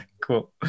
cool